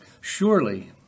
Surely